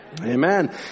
amen